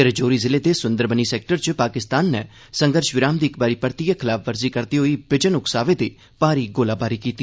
राजौरी जिले दे सूंदरबनी सैक्टर च पाकिस्तान नै संघर्ष विराम दी इक बारी परतियै खलाफवर्जी करदे होई विजन उकसावे दे भारी गोलीबारी कीती